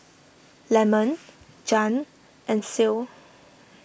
Lemon Jann and Ceil